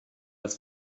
das